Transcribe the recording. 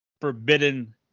Forbidden